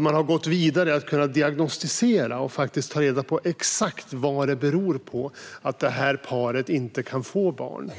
Man har gått vidare och kunnat diagnosticera och faktiskt ta reda på exakt vad det beror på att paret inte kan få barn.